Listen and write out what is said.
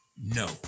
No